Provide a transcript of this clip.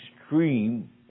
extreme